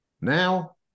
Now